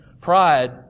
Pride